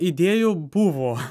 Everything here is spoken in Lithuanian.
idėjų buvo